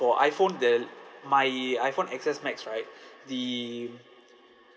for iphone the my iphone X_S max right the